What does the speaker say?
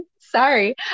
Sorry